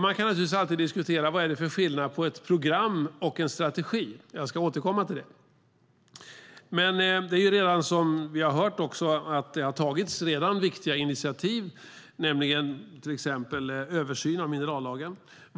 Man kan naturligtvis alltid diskutera vad det är för skillnad på ett program och en strategi. Jag ska återkomma till det. Som vi har hört har det redan tagits viktiga initiativ, till exempel en översyn av minerallagen.